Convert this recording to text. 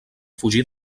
fugir